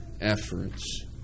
efforts